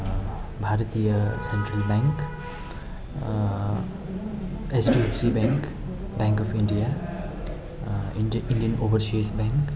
Bharatiya central bank HDFC bank bank of India Indian overseas bank